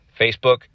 Facebook